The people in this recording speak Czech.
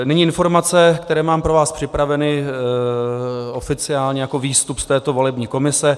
Nyní informace, které mám pro vás připravené oficiálně jako výstup z této volební komise.